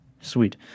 sweet